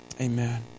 Amen